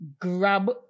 grab